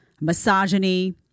misogyny